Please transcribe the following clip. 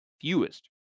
fewest